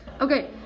Okay